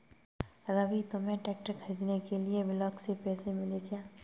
रवि तुम्हें ट्रैक्टर खरीदने के लिए ब्लॉक से पैसे मिले क्या?